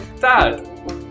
Dad